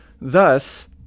Thus